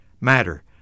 matter